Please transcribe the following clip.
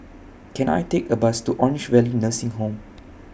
Can I Take A Bus to Orange Valley Nursing Home